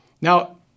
Now